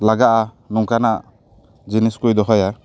ᱞᱟᱜᱟᱜᱼᱟ ᱱᱚᱝᱠᱟᱱᱟᱜ ᱡᱤᱱᱤᱥ ᱠᱚᱭ ᱫᱚᱦᱚᱭᱟ